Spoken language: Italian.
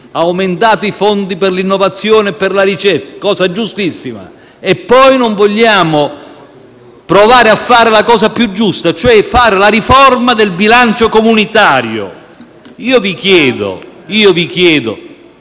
di aumentare i fondi per l'innovazione e per la ricerca - cosa giustissima - e poi non voler provare a fare la cosa più giusta, cioè fare la riforma del bilancio comunitario. Io vi chiedo di sostenere